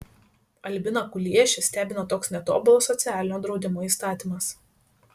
albiną kuliešį stebina toks netobulas socialinio draudimo įstatymas